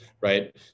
right